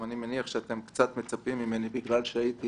אני מניח שאתם קצת מצפים ממני, בגלל שהייתי